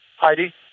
Heidi